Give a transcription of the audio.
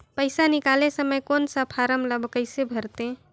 पइसा निकाले समय कौन सा फारम ला कइसे भरते?